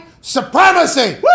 supremacy